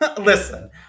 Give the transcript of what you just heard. listen